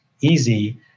easy